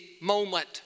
moment